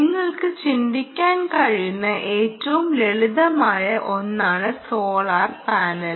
നിങ്ങൾക്ക് ചിന്തിക്കാൻ കഴിയുന്ന ഏറ്റവും ലളിതമായ ഒന്നാണ് സോളാർ പാനൽ